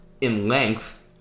in-length